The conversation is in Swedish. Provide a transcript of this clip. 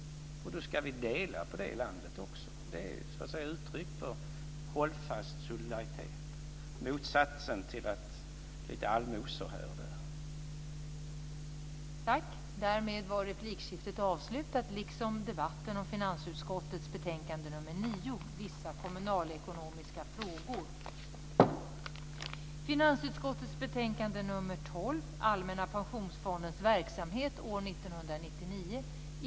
Och då ska vi också dela på det i landet. Det är ett uttryck för hållfast solidaritet, motsatsen till lite allmosor här och där.